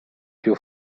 più